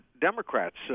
Democrats